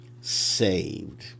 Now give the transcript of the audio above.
saved